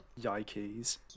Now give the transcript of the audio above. Yikes